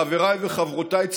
חבריי וחברותיי,